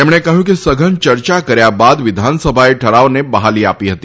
તેમણે કહ્યું કે સઘન ચર્ચા કર્યા બાદ વિધાનસભાએ ઠરાવને બહાલી આપી હતી